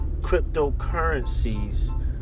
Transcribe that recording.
cryptocurrencies